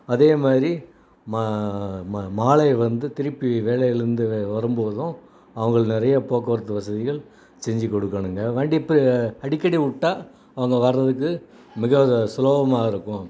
அதே மாதிரி ம ம மாலை வந்து திருப்பி வேலையிலேருந்து வே வரும்போதும் அவங்களை நிறைய போக்குவரத்து வசதிகள் செஞ்சுக்குடுக்கணுங்க வண்டி இப்போ அடிக்கடி விட்டா அவங்கள் வரதுக்கு மிக சுலபமாக இருக்கும்